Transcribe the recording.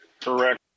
Correct